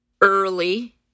early